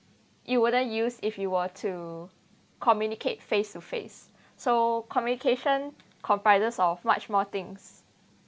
you wouldn't use if you were to communicate face to face so communication comprises of much more things